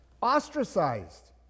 ostracized